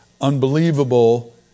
unbelievable